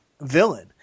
villain